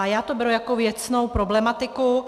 Já to beru jako věcnou problematiku.